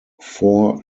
four